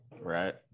Right